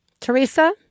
Teresa